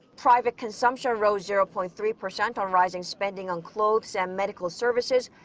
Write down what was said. private consumption rose zero-point-three percent on rising spending on clothes and medical services.